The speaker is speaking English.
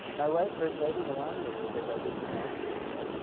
my wife, first lady melania, she says, i think these martians really like